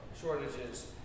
shortages